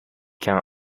can